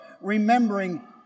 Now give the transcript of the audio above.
remembering